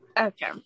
Okay